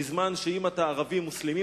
בזמן שאם אתה ערבי-מוסלמי,